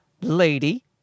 lady